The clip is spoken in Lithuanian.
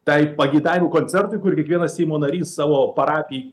tai pageidavimų koncertui kur kiekvienas seimo narys savo parapijai